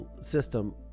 system